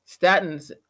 Statins